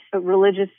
religious